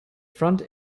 front